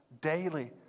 daily